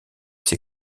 ses